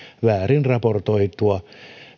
väärin raportoitua